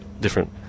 different